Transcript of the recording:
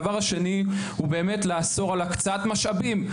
הדבר השני הוא באמת לאסור על הקצאת משאבים,